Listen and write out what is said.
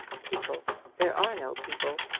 people there are no people.